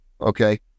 Okay